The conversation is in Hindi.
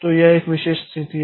तो यह एक विशिष्ट स्थिति है